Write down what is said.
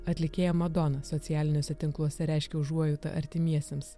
atlikėja madona socialiniuose tinkluose reiškė užuojautą artimiesiems